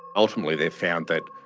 ultimately they found that